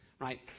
right